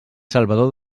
salvador